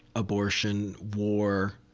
abortion, war,